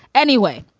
anyway,